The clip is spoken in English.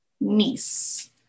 niece